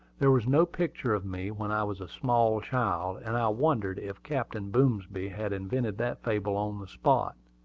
there was no picture of me when i was a small child and i wondered if captain boomsby had invented that fable on the spot.